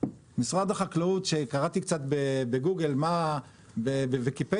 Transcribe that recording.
משרד החקלאות שקראתי קצת בגוגל ובוויקיפדיה,